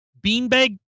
beanbag